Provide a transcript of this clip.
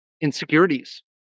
insecurities